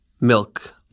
milk